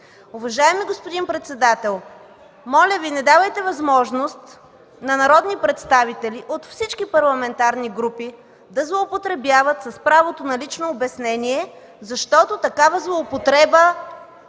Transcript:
Уважаеми господин председател, моля Ви, не давайте възможност на народни представители от всички парламентарни групи да злоупотребяват с правото на лично обяснение (възгласи „Е-е-е”